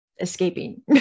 escaping